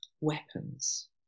weapons